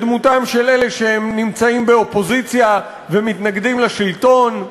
בדמותם של אלה שנמצאים באופוזיציה ומתנגדים לשלטון.